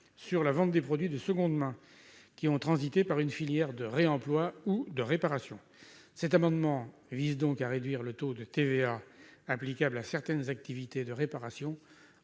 sur la vente des produits de seconde main, qui ont transité par une filière de réemploi ou de réparation. Cet amendement vise donc à réduire le taux de TVA applicable à certaines activités de réparation